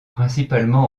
principalement